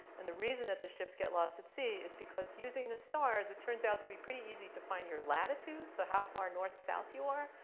and the reason that the ships get lost at sea is because using the stars, it turns out to be pretty easy to find your latitude so how far north, south you are.